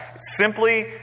simply